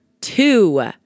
two